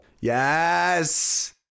yes